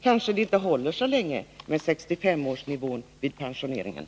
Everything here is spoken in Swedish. Kanske 65-årsnivån vid pensioneringen inte håller så länge!